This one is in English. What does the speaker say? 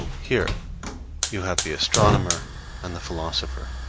here you have the astronomer and the philosopher.